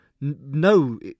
no